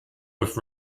with